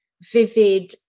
vivid